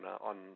on